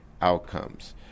outcomes